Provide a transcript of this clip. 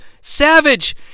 Savage